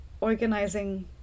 organizing